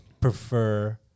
prefer